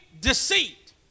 deceit